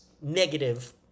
negative